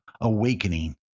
awakening